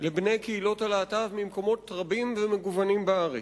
לבני קהילות הלהט"ב במקומות רבים ומגוונים בארץ.